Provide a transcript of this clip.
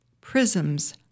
prisms